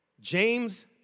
James